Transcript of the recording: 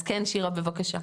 אז שירה בבקשה.